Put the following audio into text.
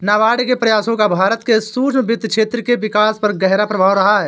नाबार्ड के प्रयासों का भारत के सूक्ष्म वित्त क्षेत्र के विकास पर गहरा प्रभाव रहा है